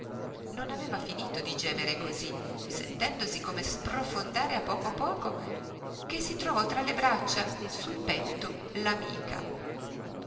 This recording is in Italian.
non aveva finito di gemere cosí sentendosi come sprofondare a poco a poco che si trovò tra le braccia sul petto